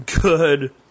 good